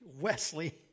Wesley